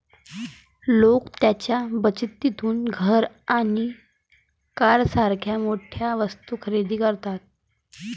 लोक त्यांच्या बचतीतून घर आणि कारसारख्या मोठ्या वस्तू खरेदी करतात